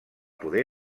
poder